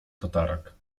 tatarak